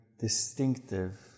distinctive